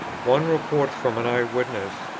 one reports from an eye-witness,